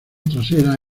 trasera